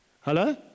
Hello